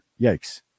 Yikes